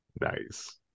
Nice